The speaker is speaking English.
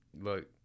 look